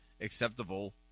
acceptable